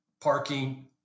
parking